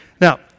Now